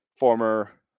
former